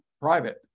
private